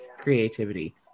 creativity